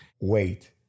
Wait